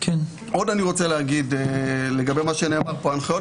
עוד אני רוצה להגיד לגבי מה שנאמר פה: הנחיות